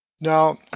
Now